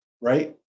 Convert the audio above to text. Right